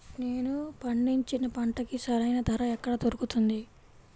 నేను పండించిన పంటకి సరైన ధర ఎక్కడ దొరుకుతుంది?